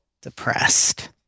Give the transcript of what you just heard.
depressed